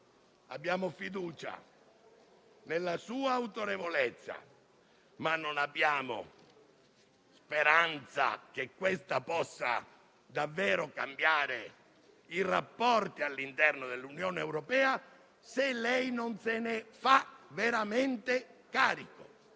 abbiamo fiducia nella sua autorevolezza, ma non abbiamo speranza che questa possa davvero cambiare i rapporti all'interno dell'Unione europea se lei non se ne fa veramente carico.